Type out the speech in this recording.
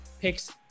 picks